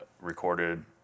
recorded